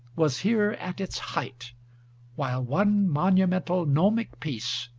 was here at its height while one monumental, gnomic piece,